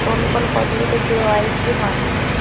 কোন কোন পদ্ধতিতে কে.ওয়াই.সি হয়?